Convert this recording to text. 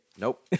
Nope